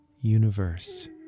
universe